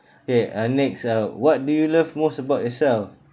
okay uh next uh what do you love most about yourself